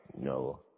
no –